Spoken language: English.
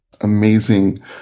amazing